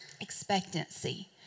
Expectancy